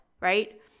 right